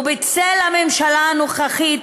ובצל הממשלה הנוכחית,